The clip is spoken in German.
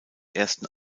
ersten